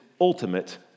ultimate